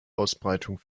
ausbreitung